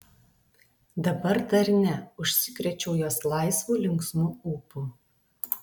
dabar dar ne užsikrėčiau jos laisvu linksmu ūpu